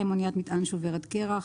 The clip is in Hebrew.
אניית מטען שוברת קרח.